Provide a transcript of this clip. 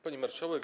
Pani Marszałek!